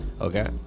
Okay